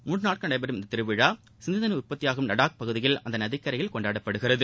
மூன்று நாட்கள் நடைபெறும் இந்த திருவிழா சிந்து நதி உற்பத்தியாகும் லடாக் பகுதியில் அந்நதிக்கரையில் கொண்டாடப்படுகிறது